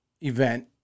event